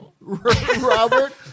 Robert